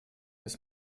des